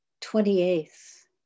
twenty-eighth